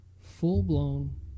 full-blown